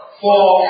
four